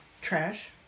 trash